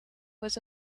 was